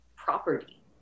property